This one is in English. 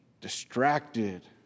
distracted